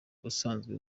ubusanzwe